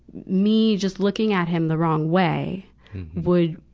me just looking at him the wrong way would,